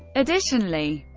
additionally,